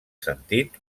sentit